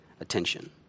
attention